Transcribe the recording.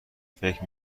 فکر